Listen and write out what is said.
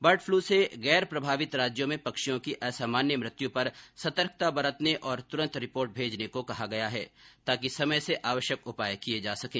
bird flu से गैर प्रभावित राज्यों में पक्षियों की असामान्य मृत्यू पर सतर्कता बरतने और तुरंत रिपोर्ट भेजने को कहा गया है ताकि समय से आवश्यक उपाय किए जा सकें